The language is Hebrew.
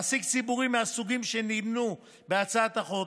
מעסיק ציבורי מהסוגים שנמנו בהצעת החוק,